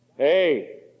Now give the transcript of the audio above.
Hey